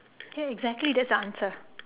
ya exactly that's the answer